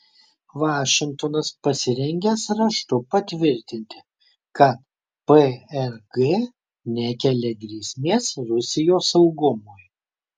vašingtonas pasirengęs raštu patvirtinti kad prg nekelia grėsmės rusijos saugumui